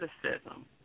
criticism